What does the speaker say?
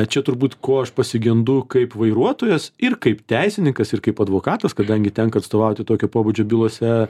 čia turbūt ko aš pasigendu kaip vairuotojas ir kaip teisininkas ir kaip advokatas kadangi tenka atstovauti tokio pobūdžio bylose